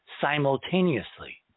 simultaneously